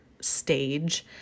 stage